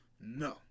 no